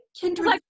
kindred